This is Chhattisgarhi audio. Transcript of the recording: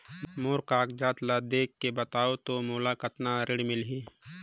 मोर कागज ला देखके बताव तो मोला कतना ऋण मिलही?